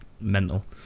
mental